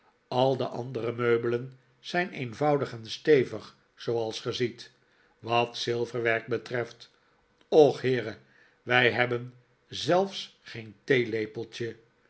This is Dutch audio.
al de andere meubelen zijn eenvoudig en stevig zooals ge ziet wat zilverwerk betreft och heere wij hebben zelfs geen